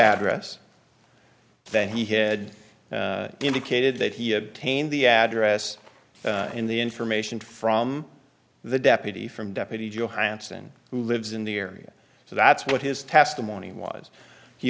address that he had indicated that he obtained the address in the information from the deputy from deputy johansen who lives in the area so that's what his testimony